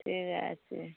ঠিক আছে